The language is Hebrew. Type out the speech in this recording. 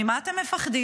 ממה אתם מפחדים?